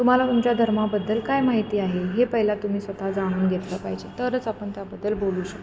तुम्हाला तुमच्या धर्माबद्दल काय माहिती आहे हे पहिला तुम्ही स्वतः जाणून घेतलं पाहिजे तरच आपण त्याबद्दल बोलू शकतो